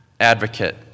advocate